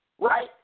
right